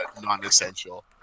non-essential